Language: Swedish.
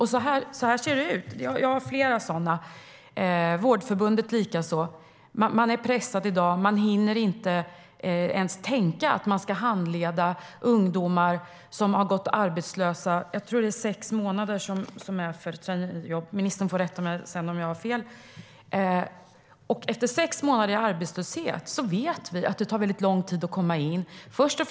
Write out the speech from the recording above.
Vårdförbundet gör liknande uttalanden. De är pressade och hinner inte ens tänka att de ska handleda ungdomar som har gått arbetslösa i sex månader. Jag tror att det är sex månader för traineejobb, men ministern får rätta mig om jag har fel. Efter sex månaders arbetslöshet tar det lång tid för ungdomar att komma in i rutinerna.